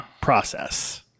process